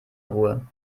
ruhe